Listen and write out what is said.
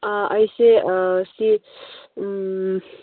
ꯑꯩꯁꯦ ꯁꯤ